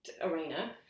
arena